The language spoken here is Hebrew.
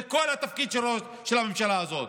זה כל התפקיד של הממשלה הזאת.